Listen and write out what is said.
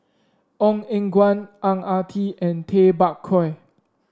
Ong Eng Guan Ang Ah Tee and Tay Bak Koi